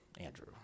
Andrew